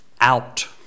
out